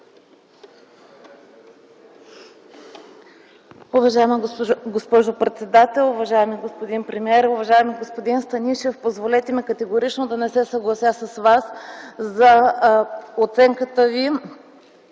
Уважаема госпожо председател, уважаеми господин премиер! Уважаеми господин Станишев, позволете ми категорично да не се съглася с Вас за оценката за